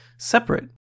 separate